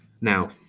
Now